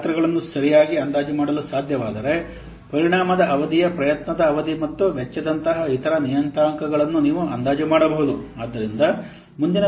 ನೀವು ಗಾತ್ರಗಳನ್ನು ಸರಿಯಾಗಿ ಅಂದಾಜು ಮಾಡಲು ಸಾಧ್ಯವಾದರೆ ಪರಿಣಾಮದ ಅವಧಿಯ ಪ್ರಯತ್ನದ ಅವಧಿ ಮತ್ತು ವೆಚ್ಚದಂತಹ ಇತರ ನಿಯತಾಂಕಗಳನ್ನು ನೀವು ಅಂದಾಜು ಮಾಡಬಹುದು